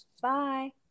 Bye